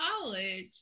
college